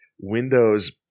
windows